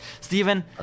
Steven